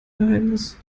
geheimnis